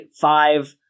five